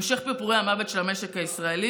המשך פרפורי המוות של המשק הישראלי.